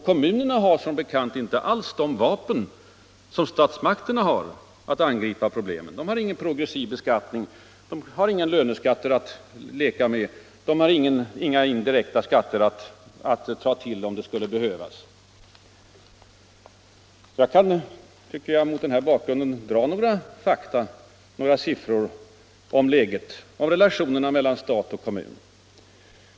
Kommunerna har som bekant inte alls de vapen som statsmakterna har för att angripa problemen. De har ingen progressiv beskattning, de har inga löneskatter att leka med, de har inga indirekta skatter att ta till om det skulle behövas. Jag vill mot den här bakgrunden dra några siffror i fråga om relationerna mellan stat och kommun.